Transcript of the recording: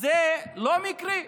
זה לא מקרי.